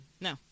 No